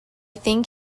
think